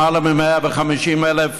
למעלה מ-150,000